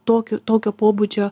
tokiu tokio pobūdžio